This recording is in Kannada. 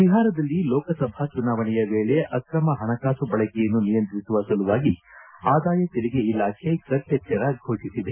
ಬಿಹಾರದಲ್ಲಿ ಲೋಕಸಭಾ ಚುನಾವಣೆಯ ವೇಳೆ ಅಕ್ರಮ ಹಣಕಾಸು ಬಳಕೆಯನ್ನು ನಿಯಂತ್ರಿಸುವ ಸಲುವಾಗಿ ಆದಾಯ ತೆರಿಗೆ ಇಲಾಖೆ ಕಟ್ಟೆಚ್ಚರ ಘೋಷಿಸಿದೆ